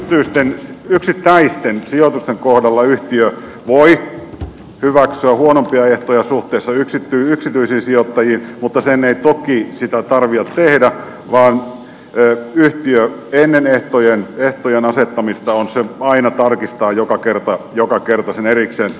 näitten yksittäisten sijoitusten kohdalla yhtiö voi hyväksyä huonompia ehtoja suhteessa yksityisiin sijoittajiin mutta sen ei toki sitä tarvitse tehdä vaan yhtiö ennen ehtojen asettamista aina tarkistaa joka kerta sen erikseen